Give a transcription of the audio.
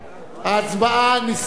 נא להביא לי את תוצאות ההצבעה.